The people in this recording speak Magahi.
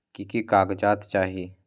की की कागज़ात चाही?